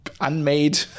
unmade